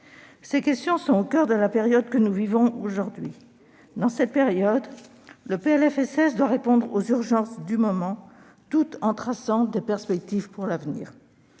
Ces questions sont au coeur de la période que nous vivons aujourd'hui. Dans cette période, le PLFSS doit répondre aux urgences du moment, tout en traçant des perspectives pour l'avenir.